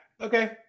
okay